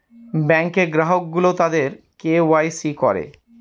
ব্যাঙ্কে গ্রাহক গুলো তাদের কে ওয়াই সি করে